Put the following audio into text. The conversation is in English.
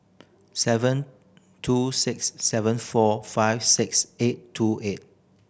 seven two six seven four five six eight two eight